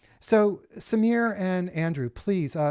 so sameer and andrew, please.